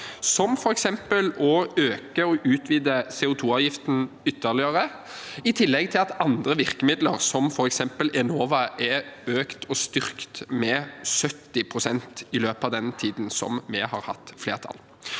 som f.eks. å øke og utvide CO2-avgiften ytterligere, i tillegg til at andre virkemidler, som f.eks. Enova, er økt og styrket med 70 pst. i løpet av den tiden vi har hatt flertall.